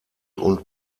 und